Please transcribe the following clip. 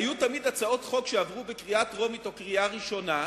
היו תמיד הצעות חוק שעברו בקריאה הטרומית או בקריאה הראשונה,